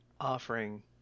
offering